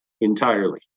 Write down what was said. entirely